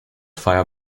fire